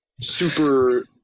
super